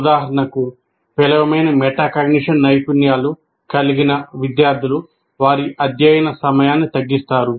ఉదాహరణకు పేలవమైన మెటాకాగ్నిషన్ నైపుణ్యాలు కలిగిన విద్యార్థులు వారి అధ్యయన సమయాన్ని తగ్గిస్తారు